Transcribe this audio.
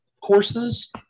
courses